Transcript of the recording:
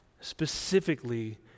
specifically